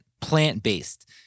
plant-based